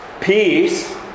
Peace